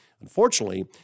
Unfortunately